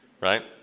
right